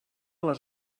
les